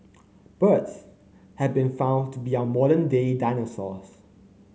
birds have been found to be our modern day dinosaurs